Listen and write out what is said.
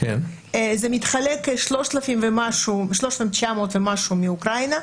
זה מתחלק ל-3,900 ומשהו מאוקראינה,